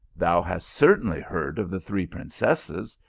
thou hast certainly heard of the three prin cesses,